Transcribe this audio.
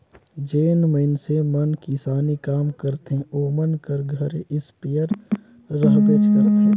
जेन मइनसे मन किसानी काम करथे ओमन कर घरे इस्पेयर रहबेच करथे